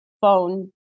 phone